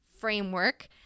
framework